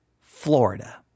Florida